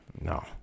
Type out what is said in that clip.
no